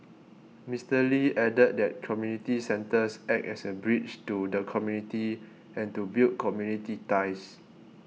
Mister Lee added that community centres act as a bridge to the community and to build community ties